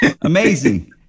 Amazing